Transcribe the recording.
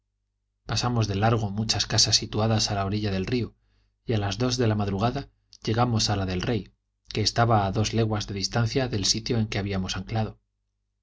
pasamos de largo muchas casas situadas a la orilla del río y a las dos de la madrugada llegamos a la del rey que estaba a dos leguas de distancia del sitio en que habíamos anclado